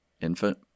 infant